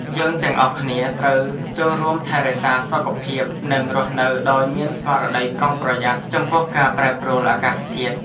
យើងទាំងអស់គ្នាត្រូវចូលរួមថែរក្សាសុខភាព និងរស់នៅដោយមានស្មារតីប្រុងប្រយ័ត្នចំពោះការប្រែប្រួលអាកាសធាតុ។